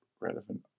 relevant